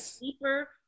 deeper